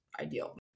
ideal